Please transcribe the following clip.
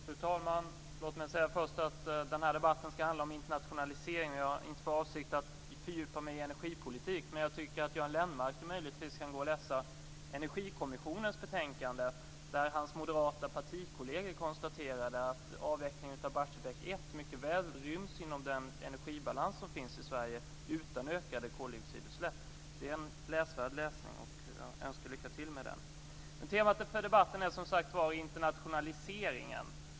Fru talman! Låt mig först säga att den här debatten ska handla om internationaliseringen. Jag har inte för avsikt att fördjupa mig i energipolitik, men jag tycker att Göran Lennmarker borde läsa Energikommissionens betänkande där hans moderata partikolleger konstaterade att avvecklingen av Barsebäck 1 mycket väl ryms inom den energibalans som finns i Sverige utan ökade koloxidutsläpp. Det är ett läsvärt betänkande och jag önskar lycka till med den läsningen. Temat för debatten är, som sagt var, internationaliseringen.